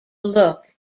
look